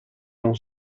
non